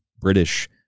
British